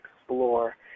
explore